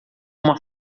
uma